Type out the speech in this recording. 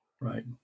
Right